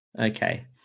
Okay